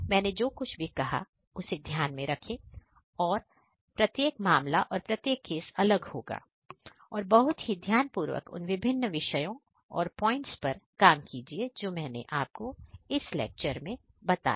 मैंने जो कुछ भी कहा उसे ध्यान में रखें और जाने की प्रत्येक मामला और प्रत्येक केस अलग होगा और बहुत ही ध्यान पूर्वक उन विभिन्न विषयों और प्वाइंट्स पर काम कीजिए जो मैंने अभी आपको इस लेक्चर में बताएं